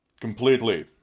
completely